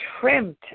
trimmed